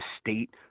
state